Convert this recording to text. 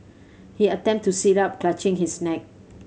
he attempt to sit up clutching his neck